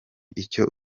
icyo